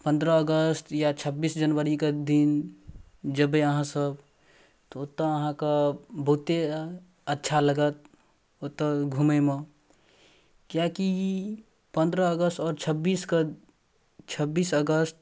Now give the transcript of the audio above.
पनरह अगस्त या छब्बीस जनवरीके दिन जेबै अहाँसभ तऽ ओतऽ अहाँके बहुते अच्छा लागत ओतऽ घुमैमे किएकि पनरह अगस्त आओर छब्बीसके छब्बीस अगस्त